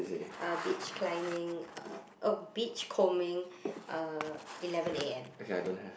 uh beach climing uh oh beach combing uh eleven A_M